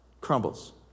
crumbles